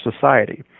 society